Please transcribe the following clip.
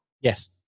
Yes